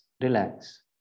relax